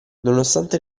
nonostante